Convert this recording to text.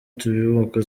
tubibuka